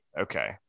Okay